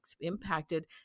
impacted